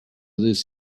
this